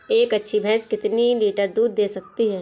एक अच्छी भैंस कितनी लीटर दूध दे सकती है?